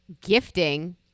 gifting